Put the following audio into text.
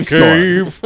cave